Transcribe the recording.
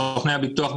סוכני הביטוח,